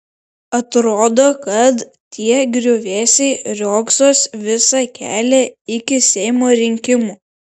atrodo kad tie griuvėsiai riogsos visą kelią iki seimo rinkimų